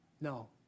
no